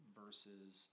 versus